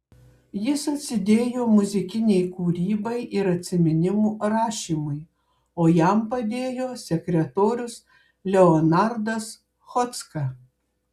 jis atsidėjo muzikinei kūrybai ir atsiminimų rašymui o jam padėjo sekretorius leonardas chodzka